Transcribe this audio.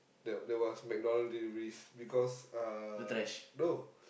there there was McDonald's deliveries because uh no